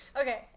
Okay